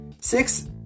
six